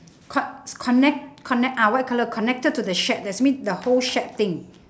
con~ connect connect ah white colour connected to the shack that means the whole shack thing